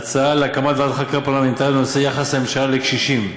ההצעה להקמת ועדת חקירה פרלמנטרית בנושא יחס הממשלה לקשישים.